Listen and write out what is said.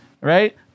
Right